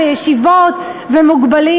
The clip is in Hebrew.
ישיבות ומוגבלים.